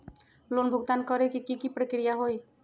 Loan भुगतान करे के की की प्रक्रिया होई?